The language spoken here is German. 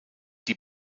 die